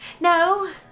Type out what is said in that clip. No